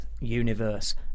Universe